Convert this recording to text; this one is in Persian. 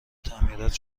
تعمیرات